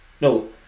No